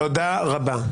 תודה רבה.